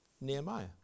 Nehemiah